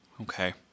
Okay